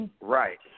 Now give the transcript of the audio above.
Right